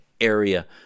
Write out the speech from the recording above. area